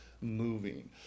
moving